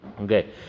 Okay